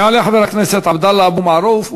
יעלה חבר הכנסת עבדאללה אבו מערוף.